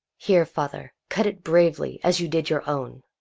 here, father, cut it bravely, as you did your own.